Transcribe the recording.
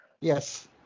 Yes